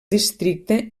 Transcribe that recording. districte